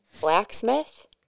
Blacksmith